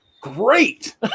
great